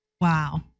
Wow